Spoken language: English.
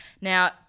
Now